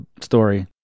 story